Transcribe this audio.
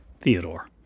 Theodore